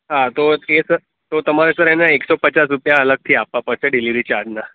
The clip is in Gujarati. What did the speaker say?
હા તો તે સર તો તમારે સર એના એક સો પચાસ રૂપિયા અલગથી આપવા પડશે ડિલીવરી ચાર્જના